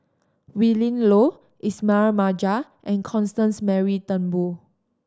Willin Low Ismail Marjan and Constance Mary Turnbull